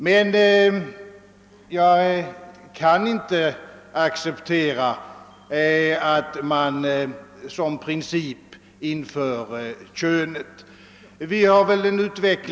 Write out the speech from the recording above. Men jag kan inte acceptera att man som princip inför intagning efter kön.